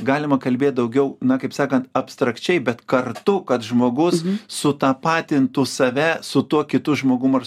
galima kalbėt daugiau na kaip sakant abstrakčiai bet kartu kad žmogus sutapatintų save su tuo kitu žmogum ir